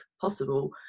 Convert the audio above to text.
possible